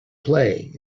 clay